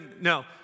no